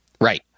Right